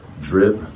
drip